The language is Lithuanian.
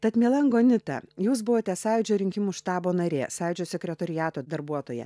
tad miela angonita jūs buvote sąjūdžio rinkimų štabo narė sąjūdžio sekretoriato darbuotoja